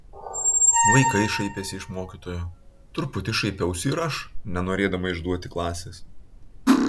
vaikai šaipėsi iš mokytojo truputį šaipiausi ir aš nenorėdama išduoti klasės